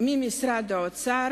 ממשרד האוצר"